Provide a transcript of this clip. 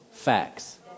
Facts